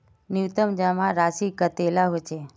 न्यूनतम जमा राशि कतेला होचे?